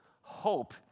hope